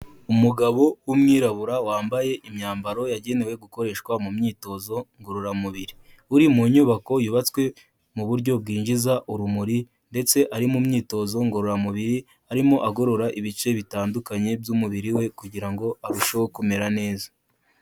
Umugabo w'umwirabura wambaye imyambaro yagenewe gukoreshwa mu myitozo ngororamubiri, uri mu nyubako yubatswe mu buryo bwinjiza urumuri ndetse ari mu myitozo ngororamubiri arimo agorora ibice bitandukanye by'umubiri we kugira ngo arusheho kumera neza.